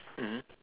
mmhmm